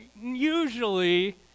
usually